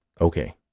Okay